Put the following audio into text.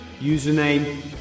Username